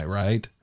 right